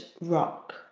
rock